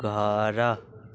ଘର